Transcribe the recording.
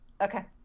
Okay